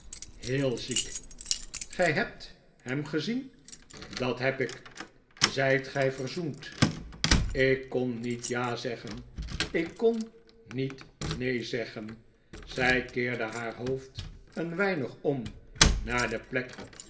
heel ziek gij hebt hem gezien dat heb ik zijt gij verzoend ik kon niet ja zeggen ik kon niet neen zeggen zij keerde haar hoofd een weinig om naar de plek